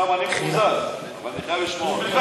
המשפטים, השר יובל שטייניץ.